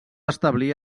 establir